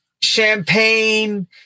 champagne